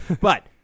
But-